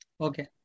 Okay